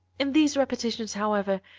in these repetitions however,